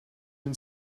and